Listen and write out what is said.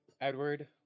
Edward